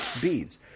beads